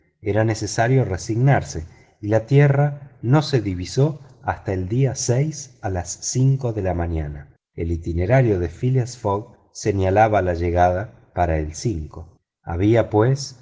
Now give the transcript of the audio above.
era necesario resignarse y la tierra no se divisó hasta el día a las cinco de la mañana el itinerario de phileas fogg señalaba la llegada para el había pues